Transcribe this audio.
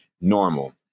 normal